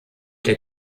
der